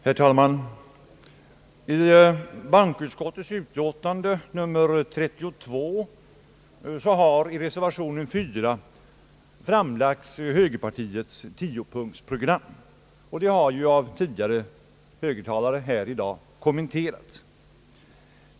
Herr talman! I bankoutskottets utlåtande nr 32 har i reservationen 4 framlagts högerpartiets tiopunktsprogram. Det har av föregående högertalare i dag kommenterats.